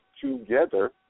together